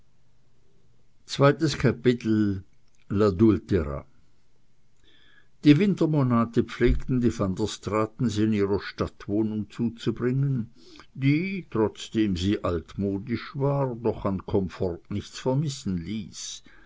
zukunft l'adultera die wintermonate pflegten die van der straatens in ihrer stadtwohnung zuzubringen die trotzdem sie altmodisch war doch an komfort nichts vermissen ließ